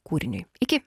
kūriniui iki